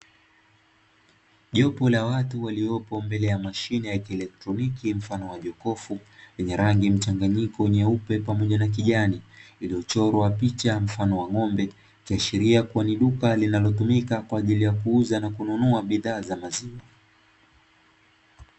Jopo la watu waliopo mbele ya mashine ya kielektroniki mfano wa jokofu, lenye rangi ya mchanganyiko nyeupe pamoja na kijani, liliochorwa picha mfano wa ng`ombe, ikiashiria kuwa ni duka linalotumika kwaajili ya kuuza na kununua bidhaa za maziwa.